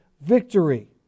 victory